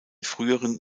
früheren